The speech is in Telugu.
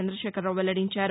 చంద్రదేఖరరావు వెల్లడించారు